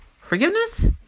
forgiveness